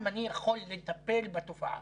אם אני יכול לטפל בתופעה,